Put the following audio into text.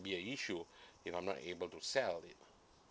be an issue if I'm not able to sell it